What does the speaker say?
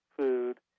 food